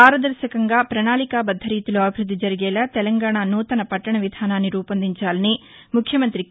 పారదర్భకంగా ప్రణాళికాబద్ద రీతిలో అభివృద్ది జరిగేలా తెలంగాణ నూతన పట్లణ విధానాన్ని రూపొందించాలని ముఖ్యమంతి కే